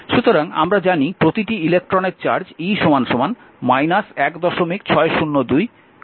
সুতরাং আমরা জানি প্রতিটি ইলেকট্রনের চার্জ e 1602 10 19 কুলম্ব হয়